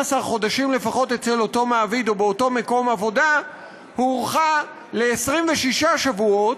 חודשים אצל אותו מעביד או באותו מקום עבודה הוארכה ל-26 שבועות,